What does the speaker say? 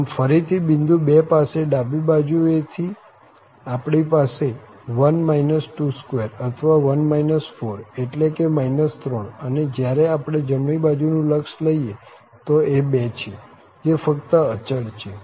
આમ ફરી થી બિંદુ 2 પાસે ડાબી બાજુ થી આપણી પાસે 1 22 અર્થાત્ 1 4 એટલે કે 3 અને જયારે આપણે જમણી બાજુનું લક્ષ લઈએ તો એ 2 છે જે ફક્ત અચળ છે